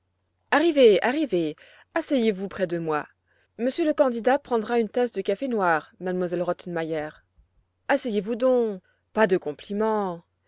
arrivez arrivez asseyez-vous près de moi monsieur le candidat prendra une tasse de café noir m elle rottenmeier asseyez-vous donc pas de compliments